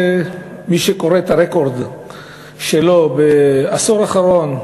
מי שקורא את הרקורד שלו בעשור האחרון,